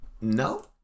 No